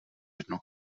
jedno